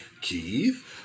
Keith